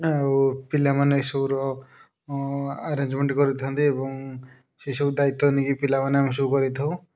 ଆଉ ପିଲାମାନେ ସବୁର ଆରେଞ୍ଜମେଣ୍ଟ୍ କରିଥାନ୍ତି ଏବଂ ସେସବୁ ଦାୟିତ୍ୱ ନେଇକି ପିଲାମାନେ ଆମେ ସବୁ କରିଥାଉ